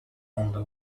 only